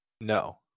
No